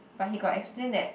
but he got explain that